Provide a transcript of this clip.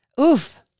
Oof